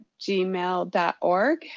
gmail.org